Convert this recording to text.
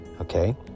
okay